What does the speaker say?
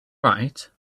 right